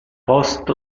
post